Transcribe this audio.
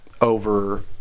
over –